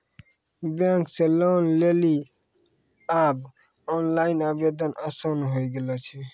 bank से loan लेली आब ओनलाइन आवेदन आसान होय गेलो छै